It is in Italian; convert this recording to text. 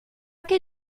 che